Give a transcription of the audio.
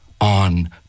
on